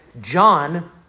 John